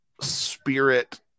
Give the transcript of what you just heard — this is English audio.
spirit